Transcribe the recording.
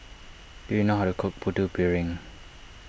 do you know how to cook Putu Piring